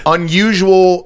Unusual